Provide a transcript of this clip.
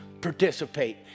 participate